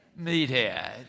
Meathead